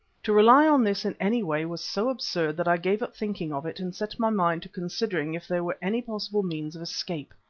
to rely on this in any way was so absurd that i gave up thinking of it and set my mind to considering if there were any possible means of escape.